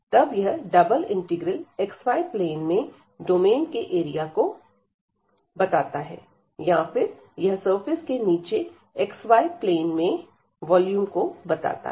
तब यह double integral xy plane में डोमेन के एरिया को बताता है या फिर यह सरफेस के नीचे xy plane में वॉल्यूम को बताता है